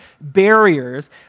barriers